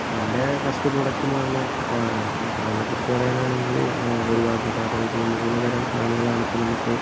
എൻ്റെ first product എന്ന് പറഞ്ഞ ഫാൻ ആണ് ഫാനിനെ കുറിച്ച് പറയാൻ ആണെങ്കിൽ ഒരുപാട് ഉണ്ട് കാരണം എന്ന് വെച്ചാൽ മൂന്ന് തരം ഫാനുകൾ ആണ് ഇപ്പം നമുക്ക്